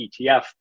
ETF